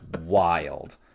wild